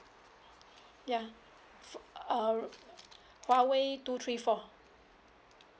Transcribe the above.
ya uh Huawei two three four